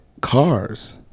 cars